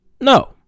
no